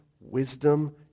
wisdom